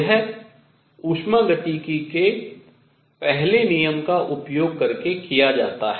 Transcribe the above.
यह उष्मागतिकी के पहले नियम का उपयोग करके किया जाता है